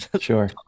sure